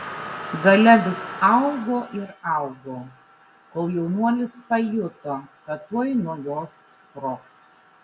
galia vis augo ir augo kol jaunuolis pajuto kad tuoj nuo jos sprogs